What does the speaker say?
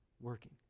working